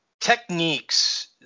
techniques